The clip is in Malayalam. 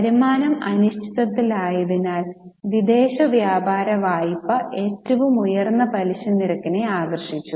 വരുമാനം അനിശ്ചിതത്വത്തിലായതിനാൽ വിദേശ വ്യാപാര വായ്പ ഏറ്റവും ഉയർന്ന പലിശനിരക്കിനെ ആകർഷിച്ചു